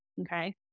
Okay